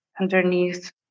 underneath